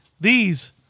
These-